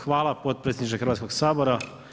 Hvala potpredsjedniče Hrvatskog sabora.